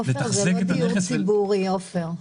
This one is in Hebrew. עופר,